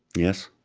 yes